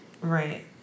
Right